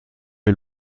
est